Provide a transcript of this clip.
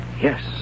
Yes